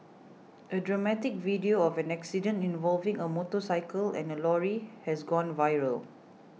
a dramatic video of an accident involving a motorcycle and a lorry has gone viral